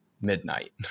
midnight